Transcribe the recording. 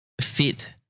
fit